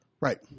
Right